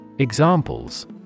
Examples